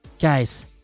Guys